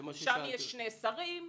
שם יש שני שרים,